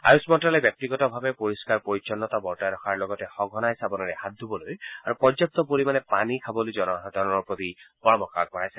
আয়ুষ মন্ত্যালয়ে ব্যক্তিগতভাৱে পৰিহ্বাৰ পৰিচ্ছন্নতা বৰ্তাই ৰখাৰ লগতে সঘনাই চাবোনেৰে হাত ধুবলৈ আৰু পৰ্যাপ্ত পৰিমাণে পানী খাবলৈ জনসাধাৰণৰ প্ৰতি পৰামৰ্শ আগবঢ়াইছে